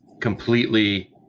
completely